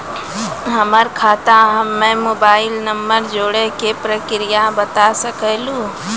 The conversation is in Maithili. हमर खाता हम्मे मोबाइल नंबर जोड़े के प्रक्रिया बता सकें लू?